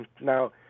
Now